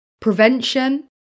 prevention